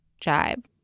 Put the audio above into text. jibe